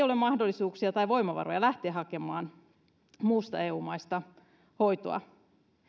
ole mahdollisuuksia tai voimavaroja lähteä hakemaan muista eu maista hoitoa